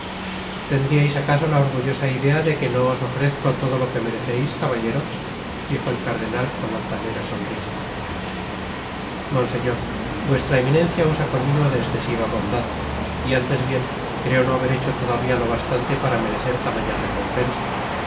tendriais acaso la orgullosa idea de que no os ofrezco todo lo que mereceis caballero dijo el cardenal con altanera sonrisa monseñor vuestra eminencia usa conmigo de escesiva bondad y antes bien creo no haber hecho todavia lo bastante para merecer tamaña recompensa